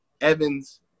Evans